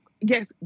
yes